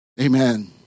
Amen